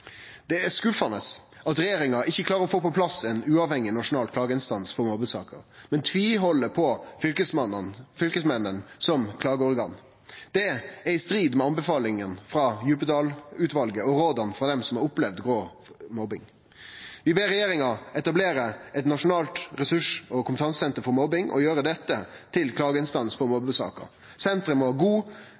Det er skuffande at regjeringa ikkje klarer å få på plass ein uavhengig nasjonal klageinstans for mobbesaker, men tviheld på Fylkesmannen som klageorgan. Det er i strid med anbefalinga for Djupedal-utvalet og råda frå dei som har opplevd grov mobbing. Vi ber regjeringa etablere eit nasjonalt ressurs- og kompetansesenter for mobbing og gjere dette til klageinstans for mobbesaker. Sentret må ha god